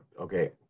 okay